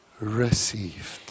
received